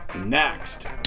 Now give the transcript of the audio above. next